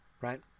right